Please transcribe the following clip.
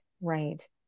Right